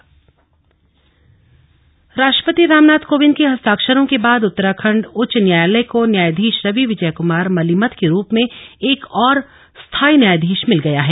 स्थायी न्यायधीश राष्ट्रपति रामनाथ कोविंद के हस्ताक्षरों के बाद उत्तराखण्ड उच्च न्यायालय को न्यायधीश रवि विजयक्मार मलिमथ के रूप में एक और स्थायी न्यायाधीश मिल गया है